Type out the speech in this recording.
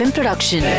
Production